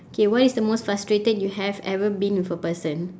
okay what is the most frustrated you have ever been with a person